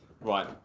right